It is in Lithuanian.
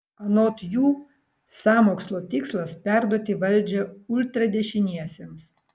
anot jų sąmokslo tikslas perduoti valdžią ultradešiniesiems